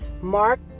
Mark